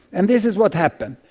and this is what happened.